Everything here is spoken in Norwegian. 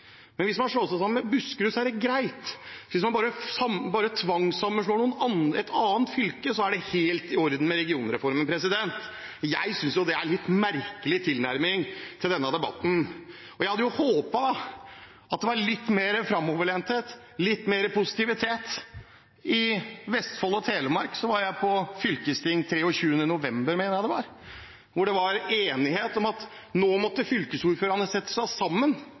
Men hvis man slår seg sammen med Buskerud, er det greit. Hvis man bare tvangssammenslår med et annet fylke, er det helt i orden med regionreformen. Jeg synes jo det er en litt merkelig tilnærming til denne debatten. Og jeg hadde håpet at det var litt mer framoverlenthet, litt mer positivitet. Jeg var på fylkestingsmøte for Vestfold og Telemark – 23. november, mener jeg det var – hvor det var enighet om at nå måtte fylkesordførerne sette seg sammen,